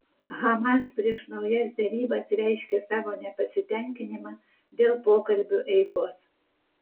hamas prieš naujas derybas reiškė savo nepasitenkinimą dėl pokalbių eigos